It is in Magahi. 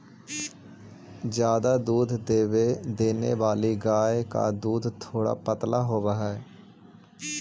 ज्यादा दूध देने वाली गाय का दूध थोड़ा पतला होवअ हई